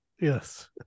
Yes